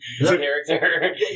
character